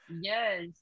Yes